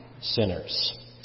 sinners